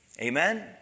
Amen